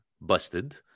Busted